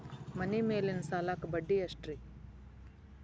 ಮನಿ ಮೇಲಿನ ಸಾಲಕ್ಕ ಬಡ್ಡಿ ಎಷ್ಟ್ರಿ?